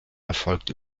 erfolgt